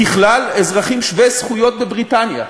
ככלל, אזרחים שווי זכויות בבריטניה,